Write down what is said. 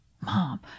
Mom